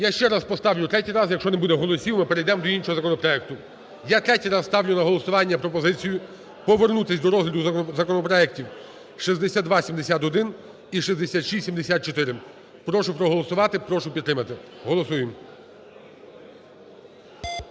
Я ще раз поставлю, третій раз, якщо не буде голосів, ми перейдемо до іншого законопроекту. Я третій раз ставлю на голосування пропозицію повернутись до розгляду законопроектів 6271 і 6674. Прошу проголосувати, прошу підтримати, голосуємо.